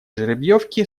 жеребьевки